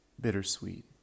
bittersweet